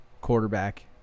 quarterback